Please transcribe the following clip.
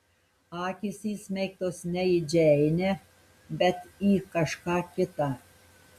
akys įsmeigtos ne į džeinę bet į kažką kitą